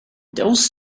those